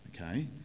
Okay